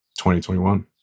2021